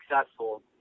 successful